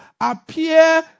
appear